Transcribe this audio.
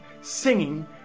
singing